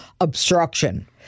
obstruction